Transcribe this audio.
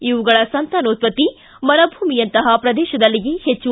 ಇವುಗಳ ಸಂತಾನೋತ್ಪತ್ತಿ ಮರಭೂಮಿಯಂತಹ ಪ್ರದೇಶದಲ್ಲಿಯೇ ಹೆಚ್ಚು